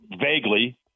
vaguely